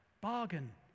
bargain